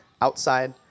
outside